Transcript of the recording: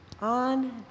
on